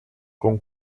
con